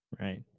right